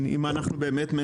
אתם יכולים להגיש הסתייגות לפה.